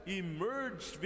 emerged